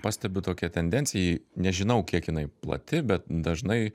pastebiu tokią tendenciją i nežinau kiek jinai plati bet dažnai